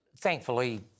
thankfully